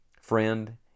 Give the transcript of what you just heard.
Friend